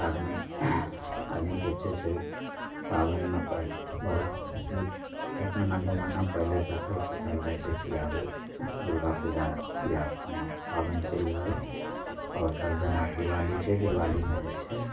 आदमी आदमीके छै से ई पाबनिमे पाइ बहुत एक महीना दू महीना पहिलेसँ उथल पुथल रहय छै कि आब दुर्गा पूजा या कोनो पाबनि चलि एलय आओर सब जेना दीवाली छै दीवालीमे जे छै